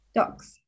dogs